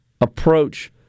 approach